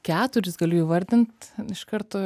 keturis galiu įvardint iš karto